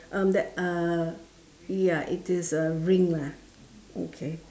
um that uh ya it is a ring lah okay